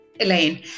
Elaine